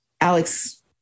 Alex